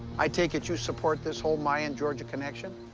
i take it you support this whole mayan-georgia connection?